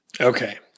Okay